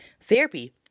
therapy